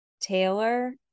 Taylor